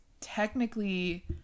technically